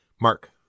Mark